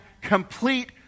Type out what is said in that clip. complete